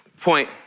point